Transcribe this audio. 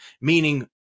meaning